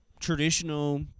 traditional